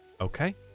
Okay